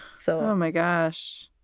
so, oh, my gosh,